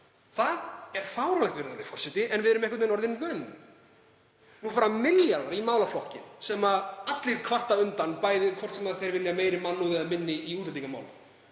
Það er fáránlegt, virðulegi forseti, en við erum einhvern veginn orðin vön því. Nú fara milljarðar í málaflokkinn sem allir kvarta undan, hvort sem þeir vilja meiri mannúð eða minni í útlendingamálum.